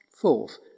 Fourth